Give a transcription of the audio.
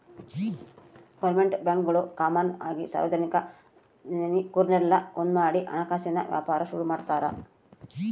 government ಬ್ಯಾಂಕ್ಗುಳು common ಆಗಿ ಸಾರ್ವಜನಿಕುರ್ನೆಲ್ಲ ಒಂದ್ಮಾಡಿ ಹಣಕಾಸಿನ್ ವ್ಯಾಪಾರ ಶುರು ಮಾಡ್ತಾರ